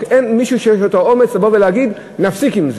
רק אין מי שיש לו את האומץ לבוא ולהגיד: נפסיק עם זה.